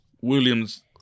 Williams